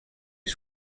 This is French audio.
est